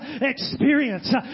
experience